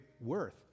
worth